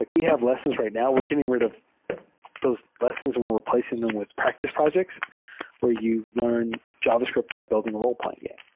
like we have lessons right now. we're getting rid of those lessons and we're replacing them with practice projects where you learn javascript by building a ro le-playing game,